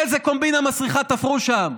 איזו קומבינה מסריחה תפרו שם.